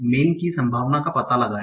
man की संभावना का पता लगाएं